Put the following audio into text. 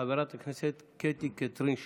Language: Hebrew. חברת הכנסת קטי קטרין שטרית.